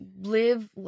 live